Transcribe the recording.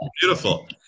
beautiful